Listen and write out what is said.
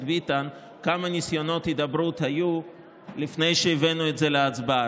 ביטן כמה ניסיונות הידברות היו לפני שהבאנו את זה להצבעה.